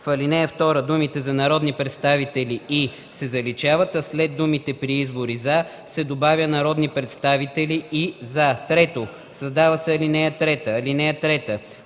В ал. 2 думите „за народни представители и” се заличават, а след думите „при избори за” се добавя „народни представители и за”. 3. Създава се ал. 3: “(3)